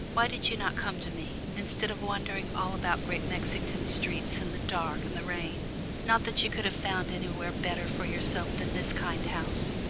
why did you not come to me, instead of wandering all about great mexington streets in the dark and the rain not that you could have found anywhere better for yourself than this kind house,